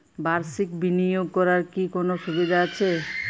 বাষির্ক বিনিয়োগ করার কি কোনো সুবিধা আছে?